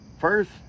first